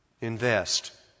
invest